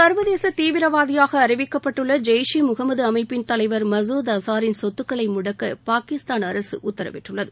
சர்வதேச தீவிரவாதியாக அறிவிக்கப்பட்டுள்ள ஜெயிஸ் ஈ முகமது அமைப்பின் தலைவர் மசூத் அஸாரின் சொத்துக்களை முடக்க பாகிஸ்தான் அரசு உத்தரவிட்டுள்ளது